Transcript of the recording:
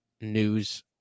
news